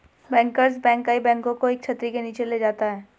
bankers bank कई बैंकों को एक छतरी के नीचे ले जाता है